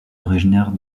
originaire